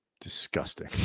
disgusting